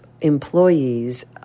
employees